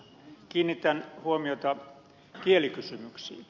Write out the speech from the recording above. kiinnitän huomiota kielikysymyksiin